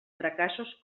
fracassos